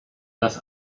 dass